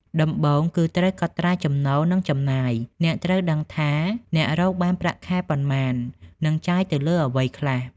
ដំបូងគឺត្រូវកត់ត្រាចំណូល និងចំណាយ អ្នកត្រូវដឹងថាអ្នករកបានប្រាក់ខែប៉ុន្មាន និងចាយទៅលើអ្វីខ្លះ។